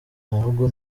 ntabwo